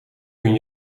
kan